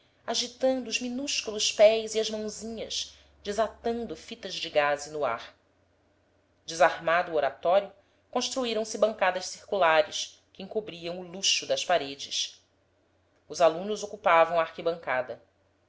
agitando os minúsculos pés e as mãozinhas desatando fitas de gaza no ar desarmado o oratório construíram se bancadas circulares que encobriam o luxo das paredes os alunos ocupavam a arquibancada